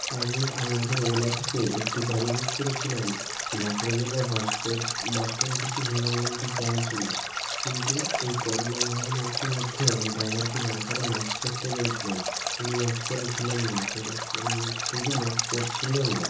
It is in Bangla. আমি আপনাদের ওলা থেকে একটি গাড়ি বুক করেছিলাম বাঁকুড়া জেলার বাস স্ট্যান্ড বাস স্ট্যান্ড থেকে হনুমান মন্দির যাওয়ার জন্য কিন্তু এই করোনা মহামারীর মধ্যেও আমি ড্রাইভারকে বার বার মাক্স পরতে বলছিলাম উনি মাক্স পরে ছিলেন না সে সে কিন্তু মাক্স পরছিলো না